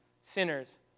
sinners